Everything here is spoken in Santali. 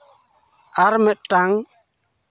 ᱟᱨ ᱢᱤᱫᱴᱟᱝ